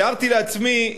תיארתי לעצמי,